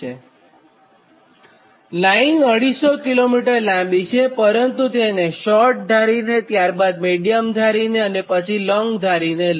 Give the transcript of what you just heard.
જો કે line 250 km લાંબી છેપરંતુ તેને શોર્ટ લાઇન ધારીનેત્યારબાદ મિડીયમ લાઇન અને પછી લોંગ લાઇન તરીકે લો